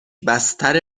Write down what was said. بستر